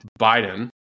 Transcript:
Biden